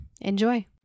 Enjoy